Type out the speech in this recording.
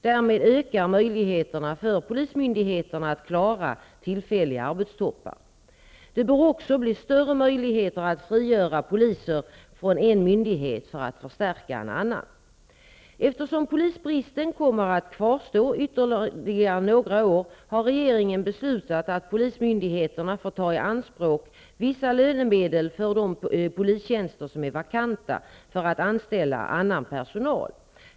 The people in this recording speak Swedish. Därmed ökar möjligheterna för polismyndigheterna att klara tillfälliga arbetstoppar. Det bör också bli större möjligheter att frigöra poliser från en myndighet för att förstärka en annan. Eftersom polisbristen kommer att kvarstå ytterligare några år har regeringen beslutat att polismyndigheterna får ta i anspråk vissa lönemedel för de polistjänster som är vakanta för att anställa annan personal.